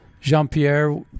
Jean-Pierre